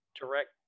direct